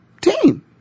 team